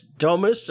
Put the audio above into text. Thomas